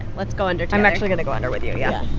let's go under i'm actually going to go under with you, yeah